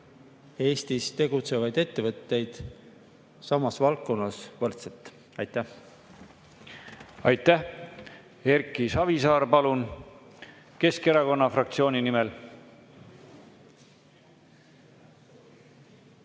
Eestis tegutsevaid ettevõtteid samas valdkonnas võrdselt. Aitäh! Aitäh! Erki Savisaar, palun, Keskerakonna fraktsiooni nimel!